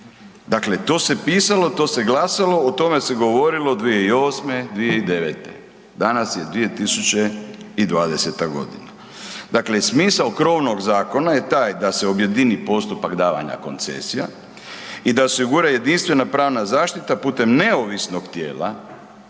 Dakle, to se pisalo, to se glasalo, o tome se govorilo 2008., 2009. Danas je 2020. g., dakle, smisao krovnog zakona je taj da se objedini postupak davanja koncesija i da se osigura jedinstvena pravna zaštita putem neovisnog tijela